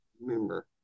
Remember